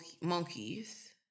monkeys